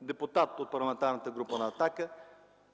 депутат от Парламентарната група на „Атака”.